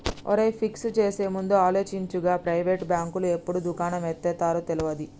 ఒరేయ్, ఫిక్స్ చేసేముందు ఆలోచించు, గా ప్రైవేటు బాంకులు ఎప్పుడు దుకాణం ఎత్తేత్తరో తెల్వది